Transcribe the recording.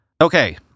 Okay